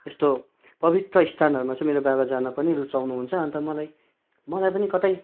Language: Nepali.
यस्तो पवित्र स्थानहरूमा चाहिँ मेरो बाबा जान पनि रुचाउनु हुन्छ अन्त मलाई मलाई पनि कतै